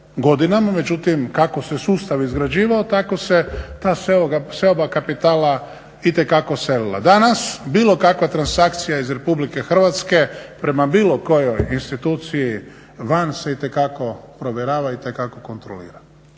Međutim, kako se sustav izgrađivao tako se ta seoba kapitala itekako selila. Danas bilo kakva transakcija iz Republike Hrvatske prema bilo kojoj instituciji van se itekako provjerava, itekako kontrolira.